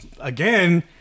again